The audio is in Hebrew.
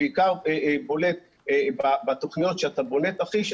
זה בעיקר בולט בתוכניות שכשאתה בונה תרחיש,